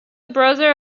brother